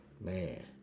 Man